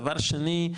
דבר שני,